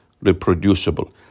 reproducible